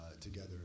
together